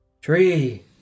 Tree